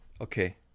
Okay